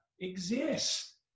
exist